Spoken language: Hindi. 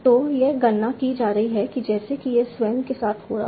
तो यह गणना की जा रही है जैसे कि सह स्वयं के साथ हो रहा है